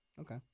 Okay